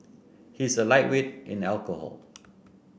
he is a lightweight in alcohol